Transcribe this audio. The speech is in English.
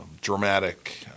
dramatic